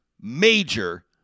major